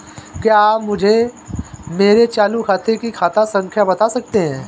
क्या आप मुझे मेरे चालू खाते की खाता संख्या बता सकते हैं?